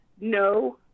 no